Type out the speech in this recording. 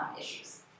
issues